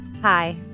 Hi